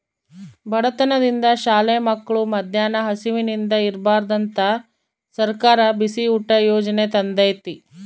ಬಡತನದಿಂದ ಶಾಲೆ ಮಕ್ಳು ಮದ್ಯಾನ ಹಸಿವಿಂದ ಇರ್ಬಾರ್ದಂತ ಸರ್ಕಾರ ಬಿಸಿಯೂಟ ಯಾಜನೆ ತಂದೇತಿ